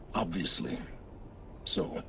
obviously so.